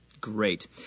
Great